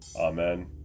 Amen